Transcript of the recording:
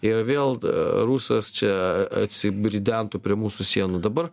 ir vėl rusas čia atsiridentų prie mūsų sienų dabar